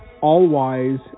all-wise